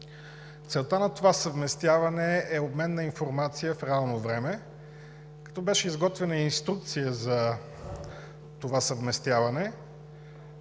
Целта на това съвместяване е обмен на информация в реално време, като беше изготвена инструкция за това съвместяване,